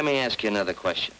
let me ask you another question